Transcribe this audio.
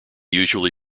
usually